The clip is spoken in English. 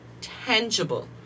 tangible